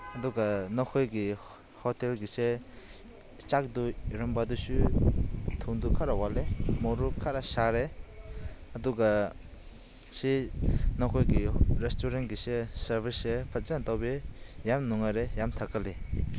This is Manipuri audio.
ꯑꯗꯨꯒ ꯅꯈꯣꯏꯒꯤ ꯍꯣꯇꯦꯜꯒꯤꯁꯦ ꯆꯥꯛꯇꯨ ꯏꯔꯣꯝꯕꯗꯨꯁꯨ ꯊꯨꯝꯗꯨ ꯈꯔ ꯋꯥꯠꯂꯦ ꯃꯣꯔꯣꯛ ꯈꯔ ꯁꯥꯔꯦ ꯑꯗꯨꯒ ꯁꯤ ꯅꯈꯣꯏꯒꯤ ꯔꯦꯁꯇꯨꯔꯦꯟꯒꯤꯁꯦ ꯁꯥꯔꯚꯤꯁꯁꯦ ꯐꯖꯅ ꯇꯧꯕꯤ ꯌꯥꯝ ꯅꯨꯡꯉꯥꯏꯔꯦ ꯌꯥꯝ ꯊꯥꯒꯠꯂꯦ